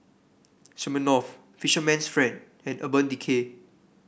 Smirnoff Fisherman's Friend and Urban Decay